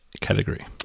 category